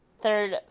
third